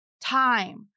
time